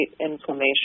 inflammation